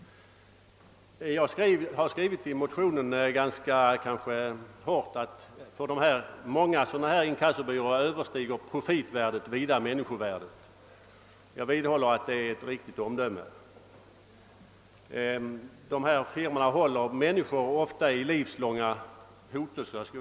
Det är den senaste modellen. I min motion har jag skrivit — kanske rätt hårt — att för många inkassobyråer profitvärdet vida överstiger människovärdet. Jag vidhåller att det är ett riktigt omdöme. Dessa firmor håller ofta människor i livslång plåga.